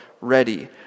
ready